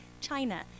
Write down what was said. China